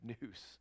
news